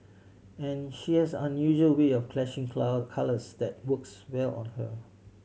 and she has unusual way of clashing cloud colours that works well on her